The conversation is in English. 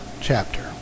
chapter